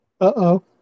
Uh-oh